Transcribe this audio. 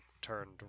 turned